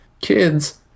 Kids